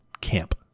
camp